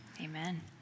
Amen